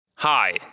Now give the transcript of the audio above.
Hi